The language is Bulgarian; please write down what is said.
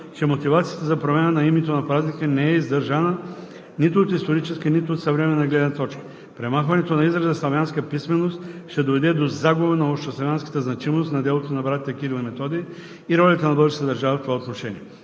че мотивацията за промяна на името на празника не е издържана нито от историческа, нито от съвременна гледна точка. Премахването на израза „славянска писменост“ ще доведе до загуба на общославянската значимост на делото на братята Кирил и Методий и ролята на българската държава в това отношение.